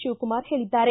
ಶಿವಕುಮಾರ್ ಹೇಳಿದ್ದಾರೆ